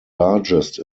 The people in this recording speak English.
largest